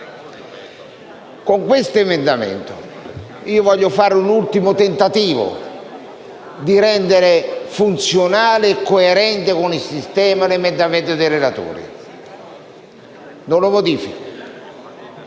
Con l'emendamento 1.500/13 voglio fare un ultimo tentativo per rendere funzionale e coerente con il sistema l'emendamento dei relatori. Non lo modifico,